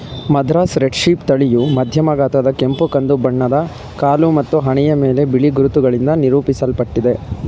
Madras red sheep ತಳಿಯು ಮಧ್ಯಮ ಗಾತ್ರದ ಕೆಂಪು ಕಂದು ಬಣ್ಣದ ಕಾಲು ಮತ್ತು ಹಣೆಯ ಮೇಲೆ ಬಿಳಿ ಗುರುತುಗಳಿಂದ ನಿರೂಪಿಸಲ್ಪಟ್ಟಿದೆ